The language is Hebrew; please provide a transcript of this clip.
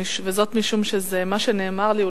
וזאת משום שזה מה שנאמר לי,